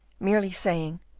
merely saying,